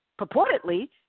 purportedly